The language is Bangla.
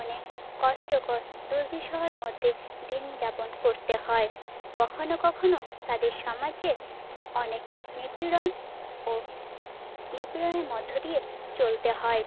অনেক কষ্টকর দুর্বিসহর মধ্যে দিনযাপন করতে হয় কখনো কখনো তাদের সমাজে অনেক নিপীড়ন ও নিপীড়নের মধ্য দিয়ে চলতে হয়